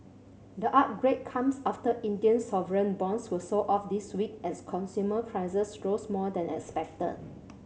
the upgrade comes after Indian sovereign bonds were sold off this week as consumer prices rose more than expected